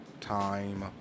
time